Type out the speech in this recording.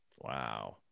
Wow